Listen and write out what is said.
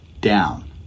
down